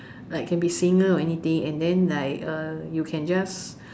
like can be singer or anything and then like uh you can just